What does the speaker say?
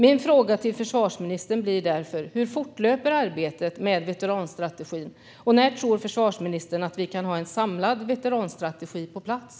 Min fråga till försvarsministern blir därför: Hur fortlöper arbetet med veteranstrategin, och när tror försvarsministern att vi kan ha en samlad veteranstrategi på plats?